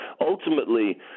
ultimately